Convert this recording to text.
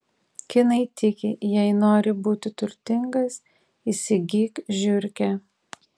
kinai tiki jei nori būti turtingas įsigyk žiurkę